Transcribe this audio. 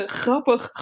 grappig